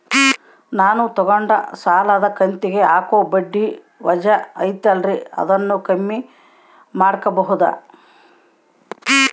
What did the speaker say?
ನಾನು ತಗೊಂಡ ಸಾಲದ ಕಂತಿಗೆ ಹಾಕೋ ಬಡ್ಡಿ ವಜಾ ಐತಲ್ರಿ ಅದನ್ನ ಕಮ್ಮಿ ಮಾಡಕೋಬಹುದಾ?